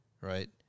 Right